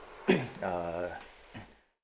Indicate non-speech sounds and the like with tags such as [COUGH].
[COUGHS] uh